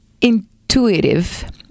intuitive